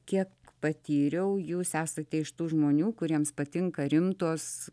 kiek patyriau jūs esate iš tų žmonių kuriems patinka rimtos